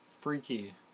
freaky